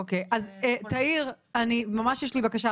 אז תאיר, ממש יש לי בקשה.